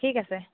ঠিক আছে